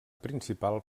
principal